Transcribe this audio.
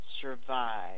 survive